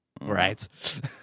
Right